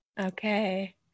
Okay